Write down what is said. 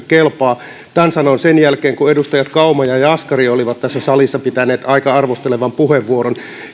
kelpaa tämän sanoin sen jälkeen kun edustajat kauma ja jaskari olivat tässä salissa pitäneet aika arvostelevan puheenvuoron